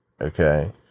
okay